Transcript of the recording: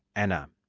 anna.